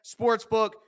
sportsbook